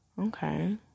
okay